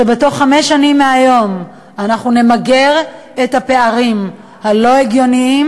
שבתוך חמש שנים מהיום אנחנו נמגר את הפערים הלא-הגיוניים,